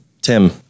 Tim